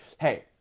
hey